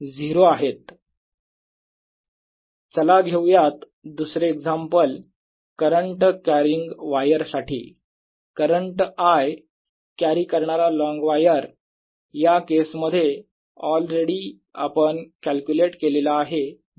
A।z1s∂ssA As∂ϕz sR B0sR B0nIz चला घेऊयात दुसरे एक्झाम्पल करंट कॅरिंग वायर साठी करंट I कॅरी करणारा लॉन्ग वायर या केसमध्ये ऑलरेडी आपण कॅल्क्युलेट केलेला आहे B